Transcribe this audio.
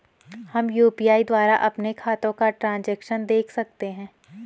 हम यु.पी.आई द्वारा अपने खातों का ट्रैन्ज़ैक्शन देख सकते हैं?